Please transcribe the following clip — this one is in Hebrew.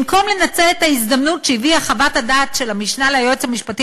במקום לנצל את ההזדמנות שהביאה חוות הדעת של המשנה ליועץ המשפטי